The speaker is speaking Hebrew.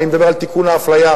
אני מדבר על תיקון האפליה.